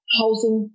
housing